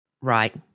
Right